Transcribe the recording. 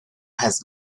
has